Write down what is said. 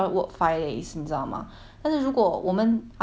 但是如果我们 after 我们 school holiday end liao 之后